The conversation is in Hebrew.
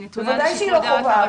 היא נתונה לשיקול דעת של הרשות.